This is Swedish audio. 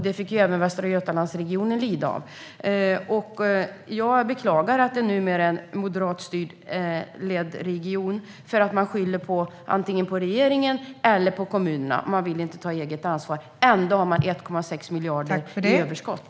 Det fick även Västra Götalandsregionen lida av. Jag beklagar att det nu är en moderatledd region. Man skyller antingen på regeringen eller på kommunerna. Man vill inte ta eget ansvar. Ändå har man 1,6 miljarder i överskott.